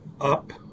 up